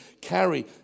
carry